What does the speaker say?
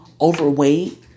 overweight